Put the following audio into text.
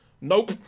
Nope